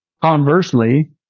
conversely